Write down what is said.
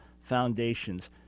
foundations